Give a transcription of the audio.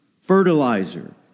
fertilizer